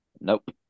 nope